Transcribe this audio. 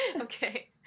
okay